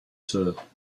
sœurs